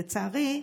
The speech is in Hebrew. לצערי,